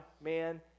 man